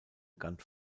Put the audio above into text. galt